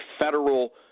federal